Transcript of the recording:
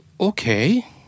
Okay